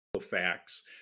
facts